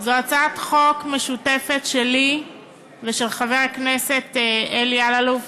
זאת הצעת חוק משותפת שלי ושל חבר הכנסת אלי אלאלוף,